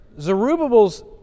Zerubbabel's